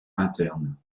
internes